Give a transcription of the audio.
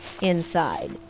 inside